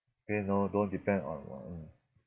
K no don't depend on mm